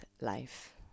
life